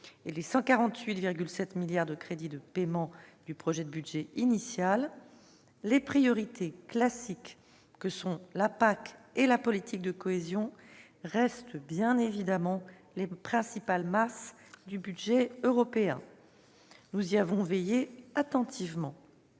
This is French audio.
et les 148,7 milliards d'euros de crédits de paiement du projet de budget initial, les priorités classiques que sont la PAC et la politique de cohésion restent bien évidemment les principales masses budgétaires ; nous y avons veillé attentivement.